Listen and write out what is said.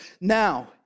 Now